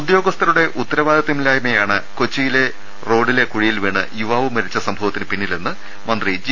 ഉദ്യോഗസ്ഥരുടെ ഉത്തരവാദിത്വമില്ലായ്മയാണ് കൊച്ചിയിൽ റോഡിലെ കുഴിയിൽവീണ് യുവാവ് മരിച്ച സംഭവത്തിന് പിന്നിലെന്ന് മന്ത്രി ജി